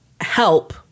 help